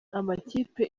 amakipe